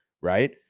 right